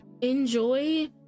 enjoy